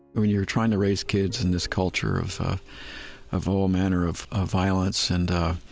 when you're trying to raise kids in this culture of of all manner of of violence and,